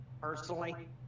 personally